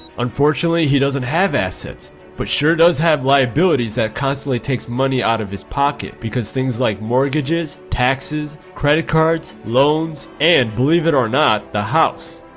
unfortunately he doesn't have assets but sure does have liabilities that constantly takes money out of his pocket because things like mortgages, taxes credit cards, loans and believe it or not the house.